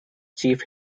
chief